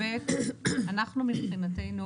שנית, אנחנו מבחינתנו